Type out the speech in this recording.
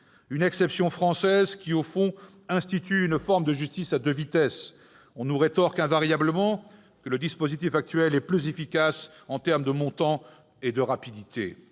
d'une exception française qui, au fond, institue une justice à deux vitesses. On nous rétorque invariablement que le dispositif actuel est plus efficace en termes de montants et de rapidité.